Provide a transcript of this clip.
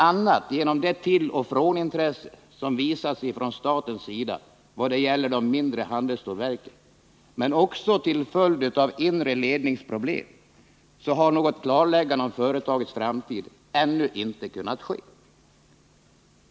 a. genom det tilloch frånintresse som visats från statens sida vad gäller de mindre handelsstålverken men också till följd av interna ledningsproblem har något klarläggande om företagets framtid ännu inte kunnat ske.